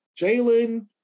Jalen